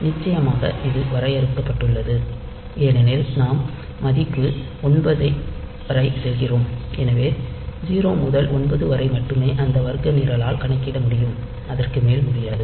நிச்சயமாக இது வரையறுக்கப்பட்டுள்ளது ஏனென்றால் நாம் மதிப்பு 9 வரை செல்கிறோம் எனவே 0 முதல் 9 வரை மட்டுமே அந்த வர்க்க நிரலால் கணக்கிட முடியும் அதற்கு மேல் முடியாது